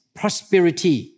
prosperity